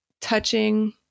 touching